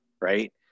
Right